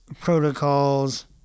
protocols